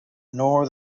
nor